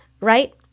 right